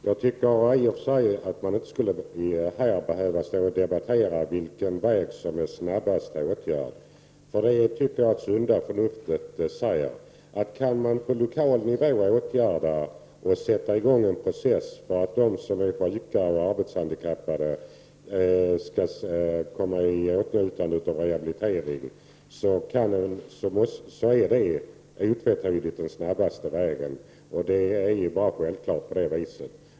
Jag tycker inte att vi här skulle behöva debattera vilken väg som innebär den snabbaste åtgärden — jag tycker att sunda förnuftet säger att om man på lokal nivå kan sätta i gång en process så att de som är sjuka och arbetshandikappade kommer i åtnjutande av rehabilitering, är det utan tvivel den snabbaste vägen. Det är självklart att det är på det viset.